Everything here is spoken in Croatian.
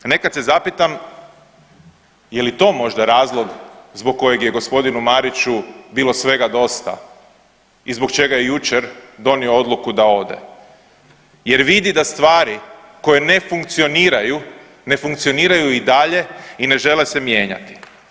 Nekad se zapitam, je li to možda razlog zbog kojeg je g. Mariću bilo svega dosta i zbog čega je jučer donio odluku da ode jer vidi da stvari koje ne funkcioniraju, ne funkcioniraju i dalje i ne žele se mijenjati.